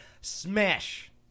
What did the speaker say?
smash